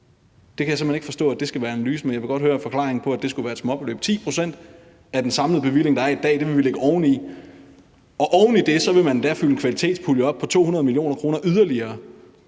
Det kan jeg slet ikke forstå skulle være analysen. Jeg vil godt høre forklaringen på, at det skulle være småbeløb. 10 pct. af den samlede bevilling, der er i dag, vil vi lægge oveni, og oven i det vil vi endda fylde en kvalitetspulje på yderligere